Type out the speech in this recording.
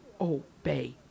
obey